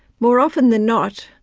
more often than not,